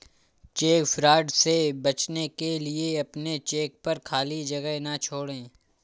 check fraud से बचने के लिए अपने चेक पर खाली जगह ना छोड़ें